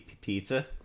pizza